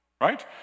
Right